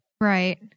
Right